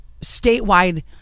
statewide